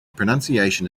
pronunciation